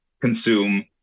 consume